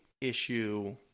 issue